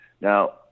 Now